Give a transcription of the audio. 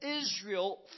Israel